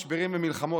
משברים ומלחמות".